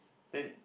then